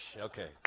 okay